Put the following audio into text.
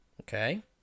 Okay